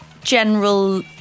general